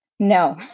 No